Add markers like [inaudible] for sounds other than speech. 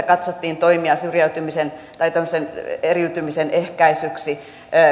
[unintelligible] katsottiin toimia syrjäytymisen tai tämmöisen eriytymisen ehkäisyksi